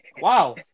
Wow